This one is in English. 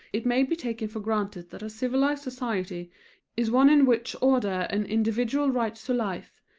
it may be taken for granted that a civilized society is one in which order and individual rights to life,